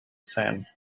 sand